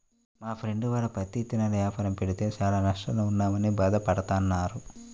మా ఫ్రెండు వాళ్ళు పత్తి ఇత్తనాల యాపారం పెడితే చానా నష్టాల్లో ఉన్నామని భాధ పడతన్నారు